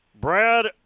Brad